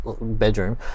bedroom